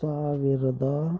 ಸಾವಿರದ